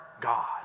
God